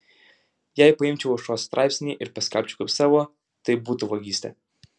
jei paimčiau aušros straipsnį ir paskelbčiau kaip savo tai būtų vagystė